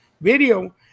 video